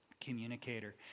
communicator